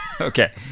okay